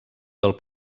del